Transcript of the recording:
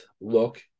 look